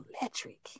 electric